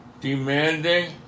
demanding